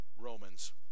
Romans